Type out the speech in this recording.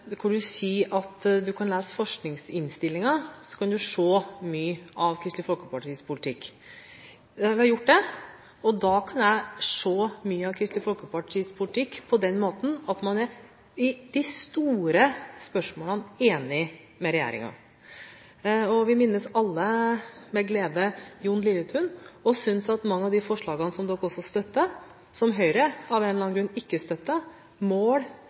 kan lese forskningsinnstillingen og se mye av Kristelig Folkepartis politikk. Jeg har gjort det, og nå kan jeg se mye av Kristelig Folkepartis politikk på den måten at man i de store spørsmålene er enig med regjeringen. Vi minnes alle med glede Jon Lilletun og synes at mange av de forslagene som Kristelig Folkeparti støtter, som Høyre av én eller annen grunn, ikke støtter – mål,